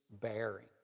bearing